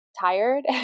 tired